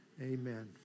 Amen